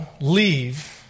leave